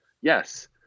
yes